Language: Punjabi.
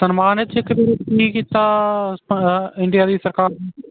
ਸਨਮਾਨਿਤ ਸਿੱਖ ਕਿਹੜੇ ਕੀ ਕੀਤਾ ਆਪਾਂ ਇੰਡੀਆ ਦੀ ਸਰਕਾਰ ਨੇ